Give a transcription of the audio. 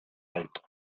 alto